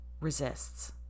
resists